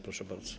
Proszę bardzo.